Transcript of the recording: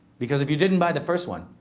because if you didn't buy the first one,